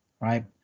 right